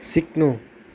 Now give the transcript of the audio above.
सिक्नु